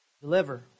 Deliver